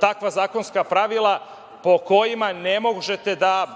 takva zakonska pravila po kojima ne možete da